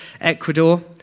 Ecuador